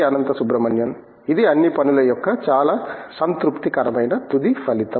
అనంత సుబ్రమణియన్ ఇది అన్ని పనుల యొక్క చాలా సంతృప్తికరమైన తుది ఫలితం